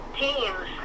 teams